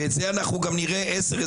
ואת זה אנחנו נראה גם עשר,